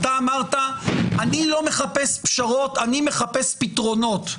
אתה אמרת: אני לא מחפש פשרות, אני מחפש פתרונות.